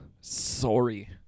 Sorry